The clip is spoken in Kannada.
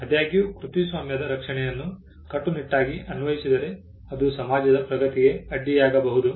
ಆದಾಗ್ಯೂ ಕೃತಿಸ್ವಾಮ್ಯದ ರಕ್ಷಣೆಯನ್ನು ಕಟ್ಟುನಿಟ್ಟಾಗಿ ಅನ್ವಯಿಸಿದರೆ ಅದು ಸಮಾಜದ ಪ್ರಗತಿಗೆ ಅಡ್ಡಿಯಾಗಬಹುದು